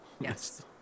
Yes